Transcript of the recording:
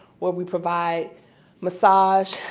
we provide massage,